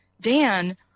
dan